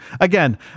again